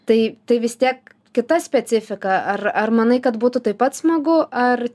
tai tai vis tiek kita specifika ar ar manai kad būtų taip pat smagu ar